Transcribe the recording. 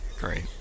Great